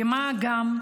ומה גם,